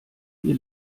wir